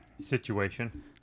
Situation